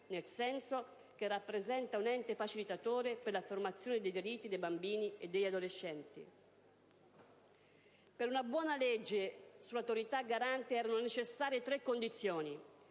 nel senso che rappresenta un ente facilitatore per l'affermazione dei diritti dei bambini e degli adolescenti. Per una buona legge sull'Autorità garante erano necessarie tre condizioni: